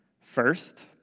First